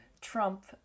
trump